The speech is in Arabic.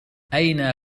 أين